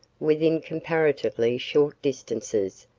within comparatively short distances,